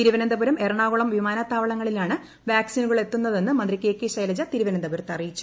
തിരുവനന്തപുരം എറണാകുളം വിമാനത്താവളങ്ങളിലാണ് വാക്സിനുകൾ എത്തുന്നതെന്ന് മന്ത്രി കെ കെ ശൈലജ തിരുവനന്തപുരത്ത് അറിയിച്ചു